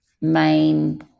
main